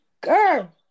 girl